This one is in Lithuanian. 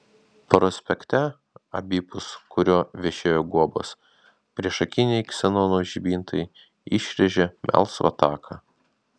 prospekte abipus kurio vešėjo guobos priešakiniai ksenono žibintai išrėžė melsvą taką